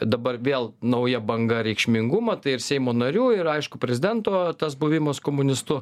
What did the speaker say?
dabar vėl nauja banga reikšmingumą tai ir seimo narių ir aišku prezidento tas buvimas komunistu